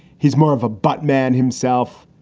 he's more of a butt man himself,